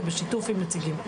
ובשיתוף עם נציגים.